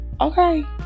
Okay